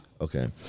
okay